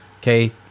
Okay